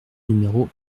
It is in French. numéro